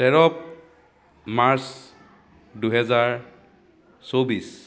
তেৰ মাৰ্চ দুহেজাৰ চৌবিছ